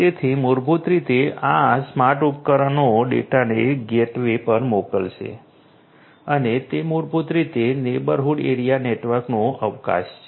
તેથી મૂળભૂત રીતે આ સ્માર્ટ ઉપકરણો ડેટાને ગેટવે પર મોકલશે અને તે મૂળભૂત રીતે નેબરહૂડ એરિયા નેટવર્કનો અવકાશ છે